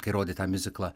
kai rodė tą miuziklą